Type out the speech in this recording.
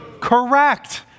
Correct